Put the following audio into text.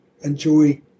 enjoy